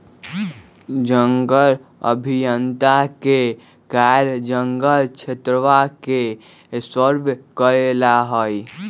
जंगल अभियंता के कार्य जंगल क्षेत्रवा के सर्वे करे ला हई